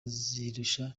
zirusha